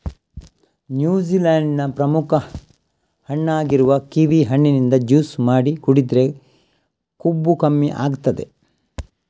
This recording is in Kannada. ನ್ಯೂಜಿಲೆಂಡ್ ನ ಪ್ರಮುಖ ಹಣ್ಣಾಗಿರುವ ಕಿವಿ ಹಣ್ಣಿನಿಂದ ಜ್ಯೂಸು ಮಾಡಿ ಕುಡಿದ್ರೆ ಕೊಬ್ಬು ಕಮ್ಮಿ ಆಗ್ತದೆ